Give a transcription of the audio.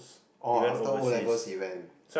oh after O-levels he went